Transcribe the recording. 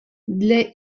для